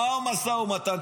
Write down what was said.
מה המשא ומתן?